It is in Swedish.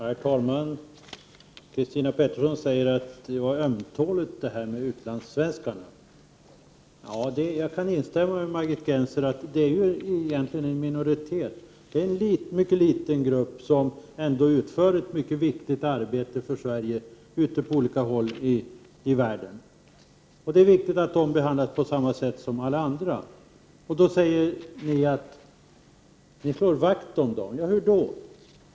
Herr talman! Christina Pettersson sade att det här med utlandssvenskarna tydligen var ömtåligt för oss. Jag kan instämma med Margit Gennser i att det här gäller en minoritet, en mycket liten grupp, som ändå utför ett mycket viktigt arbete för Sverige på olika håll i världen. Det är viktigt att dessa människor behandlas på samma sätt som alla andra. Ni säger att ni slår vakt om dessa människor. Hur då?